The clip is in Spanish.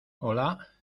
hola